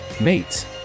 Mates